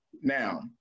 now